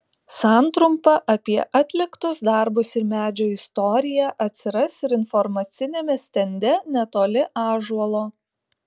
santrumpa apie atliktus darbus ir medžio istoriją atsiras ir informaciniame stende netoli ąžuolo